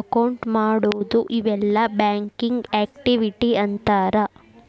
account ಮಾಡೊದು ಇವೆಲ್ಲಾ banking activity ಅಂತಾರ